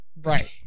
right